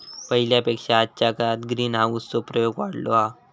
पहिल्या पेक्षा आजच्या काळात ग्रीनहाऊस चो प्रयोग वाढलो हा